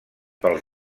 pels